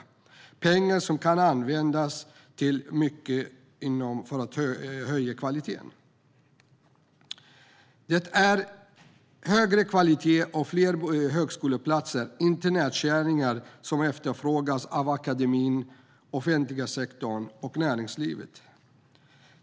Det är pengar som kan användas till mycket för att höja kvaliteten. Det är högre kvalitet och fler högskoleplatser, inte nedskärningar, som efterfrågas av akademin, offentliga sektorn och näringslivet.